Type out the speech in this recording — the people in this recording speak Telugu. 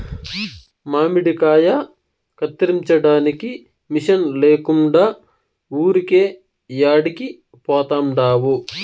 మామిడికాయ కత్తిరించడానికి మిషన్ లేకుండా ఊరికే యాడికి పోతండావు